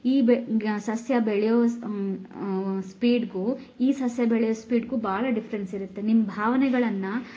ಈ ಬೆ ಸಸ್ಯ ಬೆಳೆಯುವ ಸ್ಪೀಡ್ಗೂ ಈ ಸಸ್ಯ ಬೆಳೆಯುವ ಸ್ಪೀಡ್ಗೂಗು ಭಾಳ ಡಿಫ್ರೆನ್ಸ್ ಇರುತ್ತೆ ನಿಮ್ಮ ಭಾವನೆಗಳನ್ನು